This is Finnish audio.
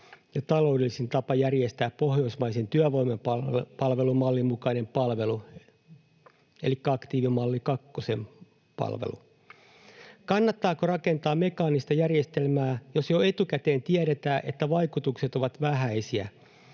ja taloudellisin tapa järjestää pohjoismaisen työvoimapalvelumallin mukainen palvelu — elikkä aktiivimalli kakkosen palvelu. Kannattaako rakentaa mekaanista järjestelmää, jos jo etukäteen tiedetään, että vaikutukset ovat vähäisiä?